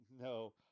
no